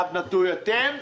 דהיינו אתם,